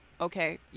okay